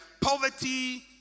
poverty